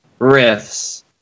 riffs